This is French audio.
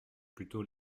plutôt